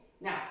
Now